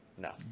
No